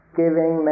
giving